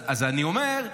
אני אומר,